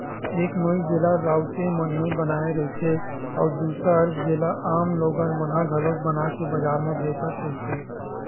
एक नोई जेला राउते मन ही बनाए रहिथे, अउ दूसर जेला आम लोगन मन घलोक बनाके बजार म बेचत रहिथे